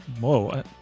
Whoa